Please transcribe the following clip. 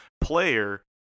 player